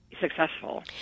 successful